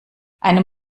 einem